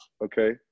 okay